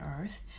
earth